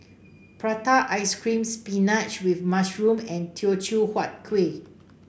Prata Ice Cream spinach with mushroom and Teochew Huat Kueh